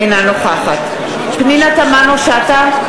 אינה נוכחת פנינה תמנו-שטה,